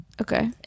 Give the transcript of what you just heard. okay